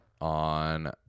on